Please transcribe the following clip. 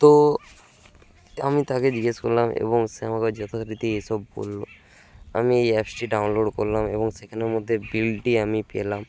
তো আমি তাকে জিজ্ঞেস করলাম এবং সে আমাকে যথারীতি এসব বললো আমি এই অ্যাপসটি ডাউনলোড করলাম এবং সেখানের মধ্যে বিলটি আমি পেলাম